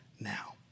now